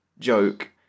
joke